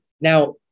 Now